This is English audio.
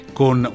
con